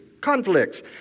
conflicts